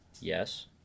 Yes